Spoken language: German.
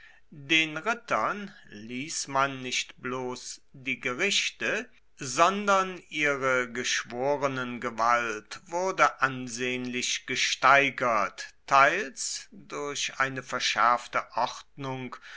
den rittern ließ man nicht bloß die gerichte sondern ihre geschworenengewalt wurde ansehnlich gesteigert teils durch eine verschärfte ordnung